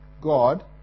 God